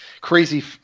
crazy